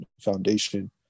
foundation